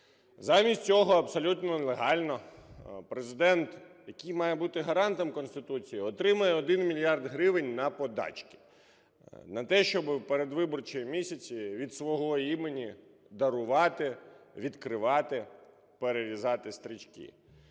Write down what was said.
Замість цього абсолютно легально Президент, який має бути гарантом Конституції, отримує 1 мільярд гривень на "подачки", на те, щоб у передвиборчі місяці від свого імені дарувати, відкривати, перерізати стрічки.